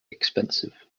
extensive